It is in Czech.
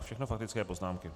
Všechno faktické poznámky.